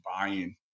buying